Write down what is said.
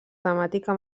temàtica